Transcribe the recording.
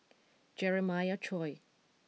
Jeremiah Choy